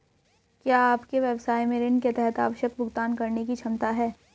क्या आपके व्यवसाय में ऋण के तहत आवश्यक भुगतान करने की क्षमता है?